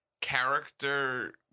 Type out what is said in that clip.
character